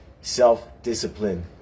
Self-discipline